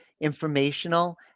informational